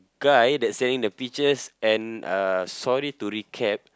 guy that's selling the peaches and uh sorry to recap